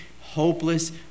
hopeless